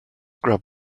grab